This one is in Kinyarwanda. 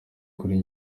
kuri